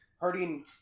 hurting